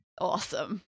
Awesome